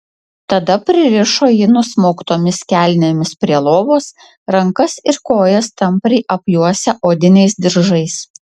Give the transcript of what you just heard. tada pririšo jį nusmauktomis kelnėmis prie lovos rankas ir kojas tampriai apjuosę odiniais diržais